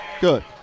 Good